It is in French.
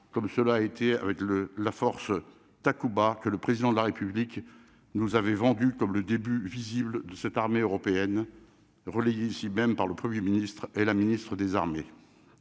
comme cela a été avec le la force Takuba que le président de la République nous avait vendu comme le début visible de cette armée européenne relayée ici même par le 1er ministre et la ministre des armées,